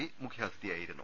P മുഖ്യാതിഥിയായി രുന്നു